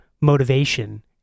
motivation